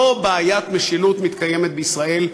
לא בעיית משילות מתקיימת בישראל,